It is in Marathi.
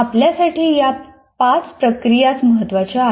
आपल्यासाठी या पाच प्रक्रियाच महत्त्वाच्या आहेत